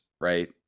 right